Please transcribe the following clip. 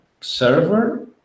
server